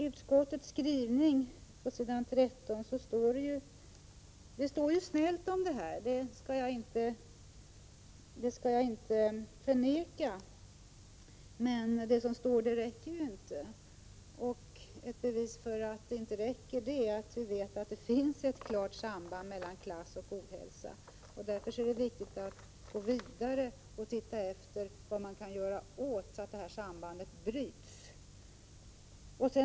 Utskottets skrivning på s. 13 om detta är välvillig, det skall jag inte förneka. Men det som står där räcker inte. Som bevis för att det inte räcker kan anföras att det finns ett klart samband mellan klass och ohälsa. Det är — Prot. 1986/87:131 därför viktigt att gå vidare och se efter vad man kan göra åt det så att 26 maj 1987 sambandet bryts.